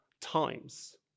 times